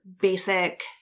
basic